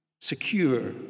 secure